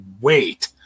wait